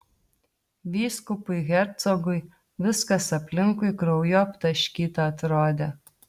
vyskupui hercogui viskas aplinkui krauju aptaškyta atrodė